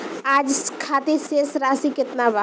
आज खातिर शेष राशि केतना बा?